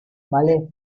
vale